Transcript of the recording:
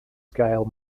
scale